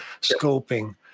scoping